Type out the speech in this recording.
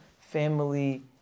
family